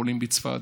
בית החולים בצפת,